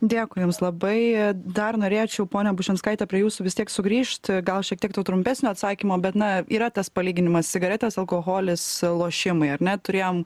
dėkui jums labai dar norėčiau pone bušinskaite prie jūsų vis tiek sugrįžti gal šiek tiek trumpesnio atsakymo bet na yra tas palyginimas cigaretės alkoholis lošimai ar ne turėjom